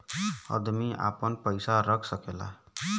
अदमी आपन पइसा रख सकेला